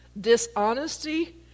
dishonesty